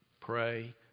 Pray